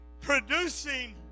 producing